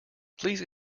please